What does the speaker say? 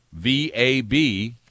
VAB